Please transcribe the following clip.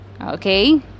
okay